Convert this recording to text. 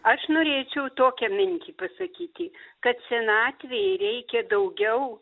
aš norėčiau tokią mintį pasakyti kad senatvėje reikia daugiau